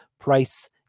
Price